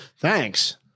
Thanks